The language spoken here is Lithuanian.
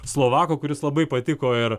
slovako kuris labai patiko ir